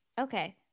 okay